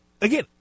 Again